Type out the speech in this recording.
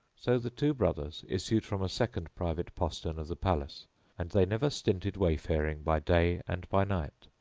so the two brothers issued from a second private postern of the palace and they never stinted wayfaring by day and by night,